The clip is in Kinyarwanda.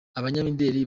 abanyamideli